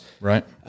Right